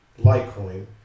Litecoin